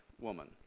woman